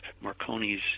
Marconi's